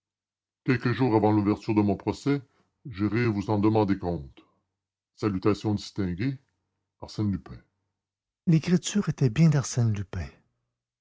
quelques jours avant l'ouverture de mon procès j'irai vous en demander compte salutations distinguées arsène lupin l'écriture était bien d'arsène lupin